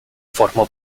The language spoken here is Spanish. formó